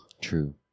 True